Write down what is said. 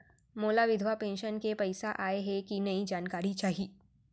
मोला विधवा पेंशन के पइसा आय हे कि नई जानकारी चाही?